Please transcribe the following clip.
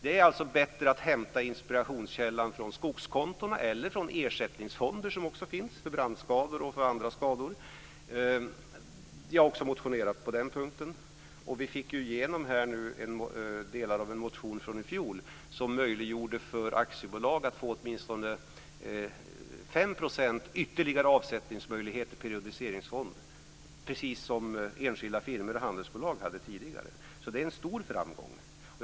Det är alltså bättre att hämta inspirationskällan i skogskonton eller i ersättningsfonder som ju finns för bl.a. brandskador. Jag har också motionerat på den punkten. Vi har ju nu fått igenom delar av en motion från i fjol innebärande att aktiebolag får åtminstone 5 % större möjligheter till avsättning till periodiseringsfond - precis som enskilda firmor och handelsbolag tidigare hade. Det är alltså en stor framgång.